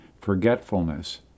forgetfulness